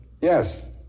Yes